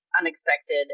unexpected